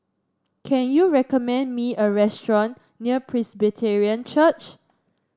can you recommend me a restaurant near Presbyterian Church